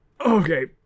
Okay